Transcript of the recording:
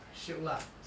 ah shiok lah